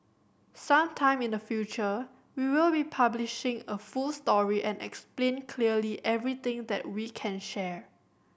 some time in the future we will be publishing a full story and explain clearly everything that we can share